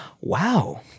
wow